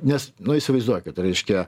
nes nu įsivaizduokit reiškia